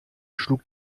schlug